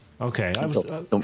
Okay